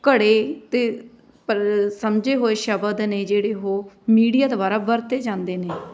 ਘੜੇ ਅਤੇ ਪਰ ਸਮਝੇ ਹੋਏ ਸ਼ਬਦ ਨੇ ਜਿਹੜੇ ਉਹ ਮੀਡੀਆ ਦੁਆਰਾ ਵਰਤੇ ਜਾਂਦੇ ਨੇ